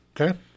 Okay